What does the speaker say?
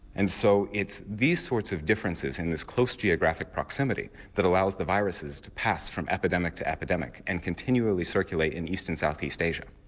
and so it's these sorts of differences in this close geographic proximity that allows the viruses to pass from epidemic to epidemic and continually circulate in east and south-east asia.